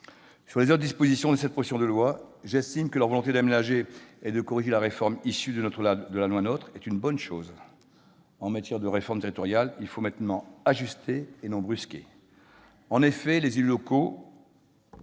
les autres dispositions de cette proposition de loi, j'estime que la volonté d'aménager et de corriger la réforme issue de la loi NOTRe est une bonne chose. En matière de réforme territoriale, il nous faut maintenant ajuster, et non plus brusquer. En effet, les élus locaux